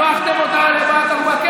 הפכתם אותה לבת ערובה.